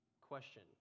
question